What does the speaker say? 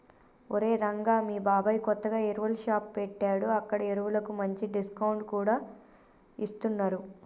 ఒరేయ్ రంగా మీ బాబాయ్ కొత్తగా ఎరువుల షాప్ పెట్టాడు అక్కడ ఎరువులకు మంచి డిస్కౌంట్ కూడా ఇస్తున్నరు